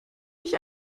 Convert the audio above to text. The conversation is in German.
nicht